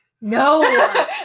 no